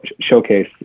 showcase